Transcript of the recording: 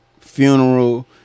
funeral